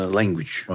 language